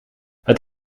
het